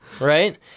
right